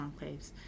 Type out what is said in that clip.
enclaves